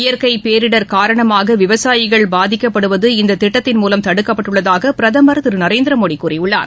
இயற்கைபேரிடர் காரணமாகவிவசாயிகள் பாதிக்கப்படுவது இந்ததிட்டத்தின்மூலம் தடுக்கப்பட்டுள்ளதாகபிரதமர் திருநரேந்திரமோடிகூறியுள்ளார்